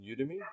Udemy